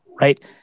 Right